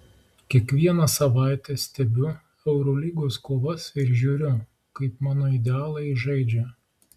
kiekvieną savaitę stebiu eurolygos kovas ir žiūriu kaip mano idealai žaidžia